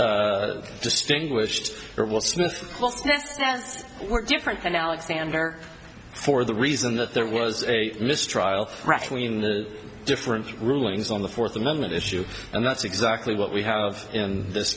smith distinguished it will smith were different than alexander for the reason that there was a mistrial rationally in the difference rulings on the fourth amendment issue and that's exactly what we have in this